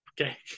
Okay